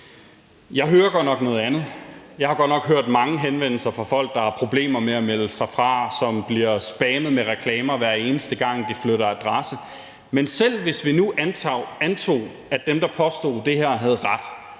Jeg hører godt nok noget andet. Jeg har godt nok hørt mange henvendelser fra folk, der har problemer med at melde sig fra, og som bliver spammet med reklamer, hver eneste gang de flytter adresse. Men selv hvis vi nu antog, at dem, der påstod det her, havde ret,